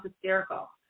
hysterical